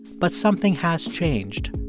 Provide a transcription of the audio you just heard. but something has changed,